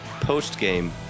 post-game